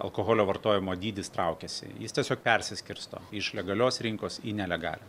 alkoholio vartojimo dydis traukiasi jis tiesiog persiskirsto iš legalios rinkos į nelegalią